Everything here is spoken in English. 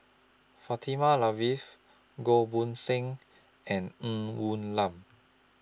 Fatimah Lateef Goh Poh Seng and Ng Woon Lam